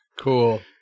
Cool